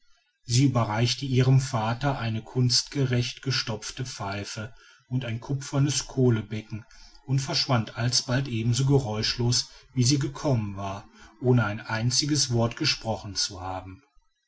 sie überreichte ihrem vater seine kunstgerecht gestopfte pfeife und ein kupfernes kohlenbecken und verschwand alsbald ebenso geräuschlos wie sie gekommen war ohne ein einziges wort gesprochen zu haben